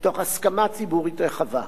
מתוך הסכמה ציבורית רחבה.